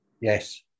Yes